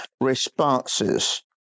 responses